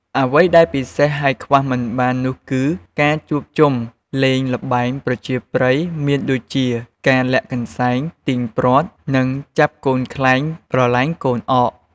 អ្វីដែលពិសេសហើយខ្វះមិនបាននោះគឺមានការជួបជុំលេងល្បែងប្រជាប្រិយមានដូចជាការលាក់កន្សែង ទាញព័ត្រ និងចាប់កូនខ្លែងប្រលែងកូនអក។